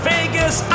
Vegas